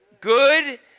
good